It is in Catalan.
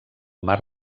mar